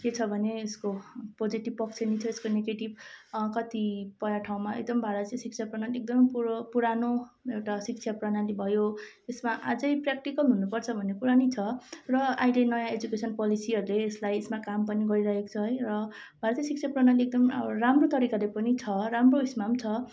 के छ भने यसको पोजेटिभ पक्ष नि छ यसको नेगेटिभ कतिपय ठाउँमा एकदम भारतीय शिक्षा प्रणाली एकदम पुरो पुरानो एउटा शिक्षा प्रणाली भयो त्यसमा अझै प्रेक्टिकल हुनुपर्छ भन्ने कुरा नि छ र अहिले नयाँ एजुकेसन पोलिसीहरूले यसलाई यसमा काम पनि गरिरहेको छ है र भारतीय शिक्षा प्रणाली एकदम राम्रो तरिकाले पनि छ राम्रो यसमा पनि छ